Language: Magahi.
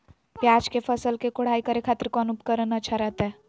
प्याज के फसल के कोढ़ाई करे खातिर कौन उपकरण अच्छा रहतय?